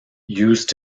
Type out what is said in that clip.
used